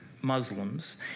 Muslims